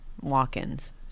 walk-ins